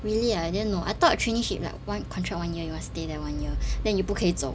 really I didn't know I thought traineeship like one contract one year you must stay there one year then you 不可以走